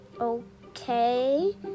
Okay